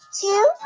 two